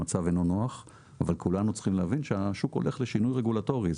המצב אינו נוח אבל כולנו צריכים להבין שהשוק הולך לשינוי רגולטורי.